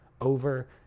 over